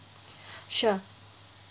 sure